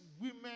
women